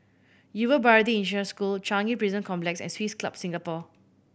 Yuva Bharati International School Changi Prison Complex and Swiss Club Singapore